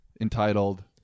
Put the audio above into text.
entitled